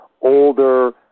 older